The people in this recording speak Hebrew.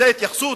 זה התייחסות?